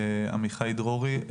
עמיחי דרורי,